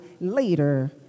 later